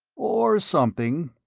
or something.